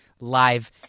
live